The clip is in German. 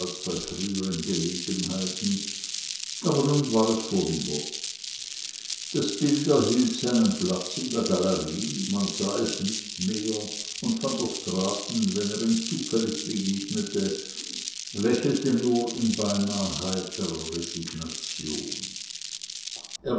bei früheren gelegenheiten aber nun war es vorüber das bild erhielt seinen platz in der galerie man sah es nicht mehr und van der straaten wenn er ihm zufällig begegnete lächelte nur in beinah heiterer resignation